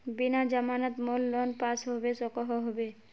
बिना जमानत मोर लोन पास होबे सकोहो होबे?